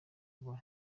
kuba